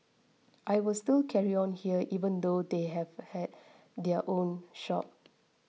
I will still carry on here even though they have had their own shop